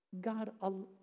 God